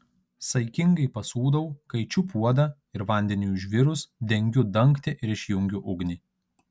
saikingai pasūdau kaičiu puodą ir vandeniui užvirus dengiu dangtį ir išjungiu ugnį